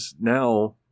now